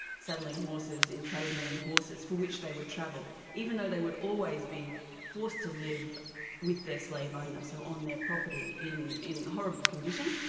saddling horses, in trading in horses, for which they would travel even though they would always be forced to live with their slave owner. so on their property in in horrible conditions,